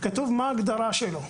כתוב מהי ההגדרה שלו.